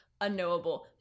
unknowable